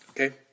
okay